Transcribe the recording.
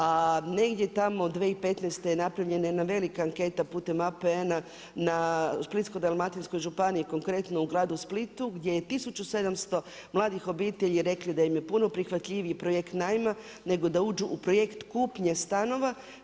A negdje tamo 2015. je napravljena jedna velika anketa putem APN-a u Splitsko-dalmatinskoj županiji, konkretno u gradu Splitu gdje je 1700 mladih obitelji rekli da im je puno prihvatljiviji projekt najma nego da uđu u projekt kupnje stanova.